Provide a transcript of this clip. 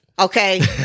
Okay